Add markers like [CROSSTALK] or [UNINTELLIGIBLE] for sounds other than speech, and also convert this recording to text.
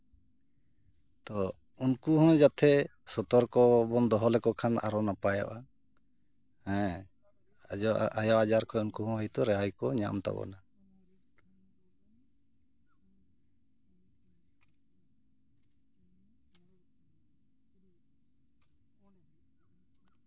ᱛᱚ ᱩᱱᱠᱩᱦᱚᱸ ᱡᱟᱛᱮ ᱥᱚᱛᱚᱨᱠᱚ ᱵᱚᱱ ᱫᱚᱦᱚ ᱞᱮᱠᱚ ᱠᱷᱟᱱ ᱟᱨᱚ ᱱᱟᱯᱟᱭᱚᱜᱼᱟ ᱦᱮᱸ [UNINTELLIGIBLE] ᱟᱭᱚ ᱟᱡᱟᱨ ᱠᱚ ᱩᱱᱠᱩᱦᱚᱸ ᱦᱳᱭᱛᱳ ᱨᱤᱦᱟᱹᱭ ᱠᱚ ᱧᱟᱢ ᱛᱟᱵᱚᱱᱟ